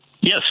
Yes